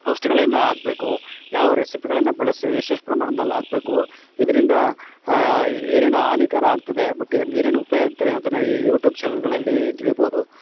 ಔಷ್ಧಿಗಳನ್ನು ಹಾಕ್ಬೇಕು ಯಾವ ರೆಸಿಪಿಗಳನ್ನು ಬಳಸಿ ಎಷ್ಟೆಷ್ಟು ಪ್ರಮಾಣದಲ್ಲಿ ಹಾಕ್ಬೇಕು ಇದರಿಂದ ಏನೇನು ಹಾನಿಕರ ಆಗ್ತದೆ ಬಟ್ ಇದ್ರಿಂದ ಏನೇನು ಉಪಯೋಗಾಗ್ತದೆ ಅನ್ನೋದನ್ನು ಈ ಯೂಟ್ಯೂಬ್ ಚಾನಲ್ಲುಗಳಲ್ಲಿ ತಿಳಿಬೋದು